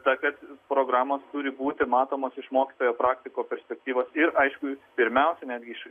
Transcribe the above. ta kad programos turi būti matomos iš mokytojo praktiko perspektyvos aišku pirmiausia netgi iš